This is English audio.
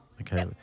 Okay